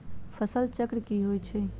फसल चक्र की होइ छई?